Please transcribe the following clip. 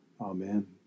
Amen